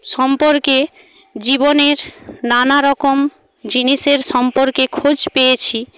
সম্পর্কে জীবনের নানা রকম জিনিসের সম্পর্কে খোঁজ পেয়েছি